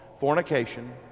fornication